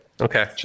Okay